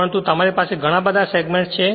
પરંતુ તમારી પાસે ગણા બધા સેગમેન્ટ્સ છે